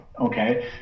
okay